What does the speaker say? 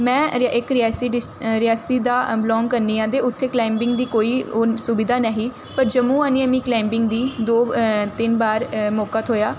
में रि इक रियासी डिस रियासी दा बिलांग करनी आं ते उत्थै क्लाइंबिंग दी कोई ओह् सुबधा नेईं ही पर जम्मू आनियै मी क्लाइंबिंग दी दो तिन्न बार मौका थ्होएआ